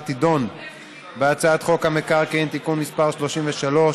תדון בהצעת חוק המקרקעין (תיקון מס' 33)